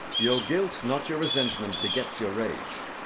your guilt, not your resentment, begets your rage.